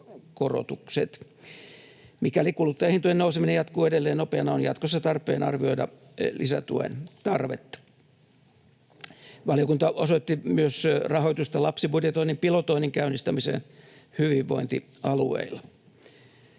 Mikäli kuluttajahintojen nouseminen jatkuu edelleen nopeana, on jatkossa tarpeen arvioida lisätuen tarvetta. Valiokunta osoitti rahoitusta myös lapsibudjetoinnin pilotoinnin käynnistämiseen hyvinvointialueilla.